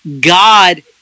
God